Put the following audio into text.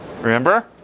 Remember